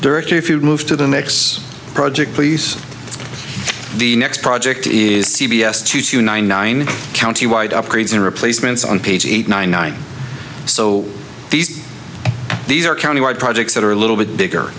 directly if you move to the next project please the next project is c b s two to ninety nine county wide upgrades and replacements on page eight ninety nine so these these are county wide projects that are a little bit bigger